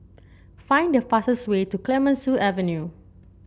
find the fastest way to Clemenceau Avenue